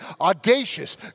audacious